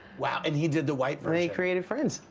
wow, and he did the white version. they created friends.